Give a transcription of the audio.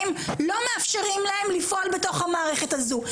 מורים לא מאפשרים להם לפעול בתוך המערכת הזאת,